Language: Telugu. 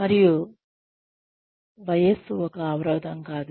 మరియు వయస్సు ఒక అవరోధం కాదు